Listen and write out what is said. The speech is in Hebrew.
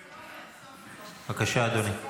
בבקשה, אדוני.